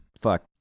fuck